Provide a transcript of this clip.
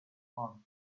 month